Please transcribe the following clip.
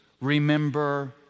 remember